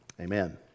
Amen